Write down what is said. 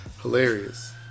hilarious